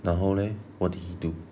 然后 leh what did he do